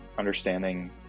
understanding